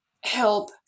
help